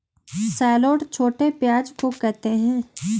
shallot छोटे प्याज़ को कहते है